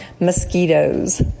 Mosquitoes